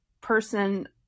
person